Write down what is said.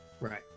Right